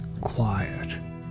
quiet